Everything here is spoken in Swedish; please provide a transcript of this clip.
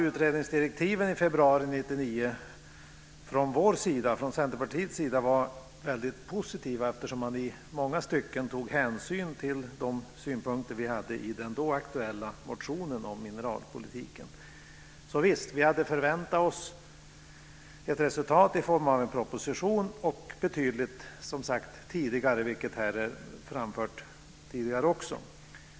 Utredningsdirektiven från februari 1999 var för oss i Centerpartiet väldigt positiva eftersom man i många stycken tog hänsyn till de synpunkter som vi hade framlagt i den då aktuella motionen om mineralpolitiken. Vi hade väntat oss ett resultat i form av en proposition - och detta betydligt tidigare än nu, vilket ju framförts tidigare i denna debatt.